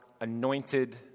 anointed